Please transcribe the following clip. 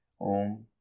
Om